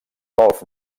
golf